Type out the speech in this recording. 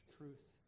truth